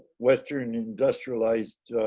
western, industrialized